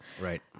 Right